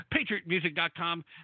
patriotmusic.com